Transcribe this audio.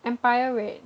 empire red